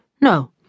No